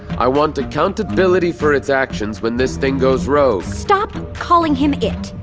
i want accountability for its actions when this thing goes rogue! stop calling him it!